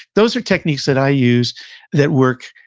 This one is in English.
those are techniques that i use that work,